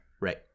Right